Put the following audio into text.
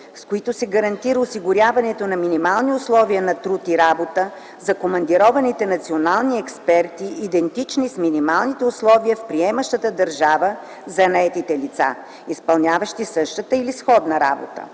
с които се гарантира осигуряването на минимални условия на труд и работа за командированите национални експерти, идентични с минималните условия в приемащата държава за наетите лица, изпълняващи същата или сходна работа.